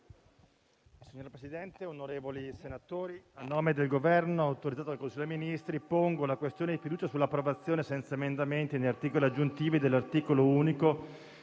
Signor Presidente, onorevoli senatori, a nome del Governo, autorizzato dal Consiglio dei ministri, pongo la questione di fiducia sull'approvazione, senza emendamenti né articoli aggiuntivi, dell'articolo unico